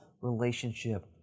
relationship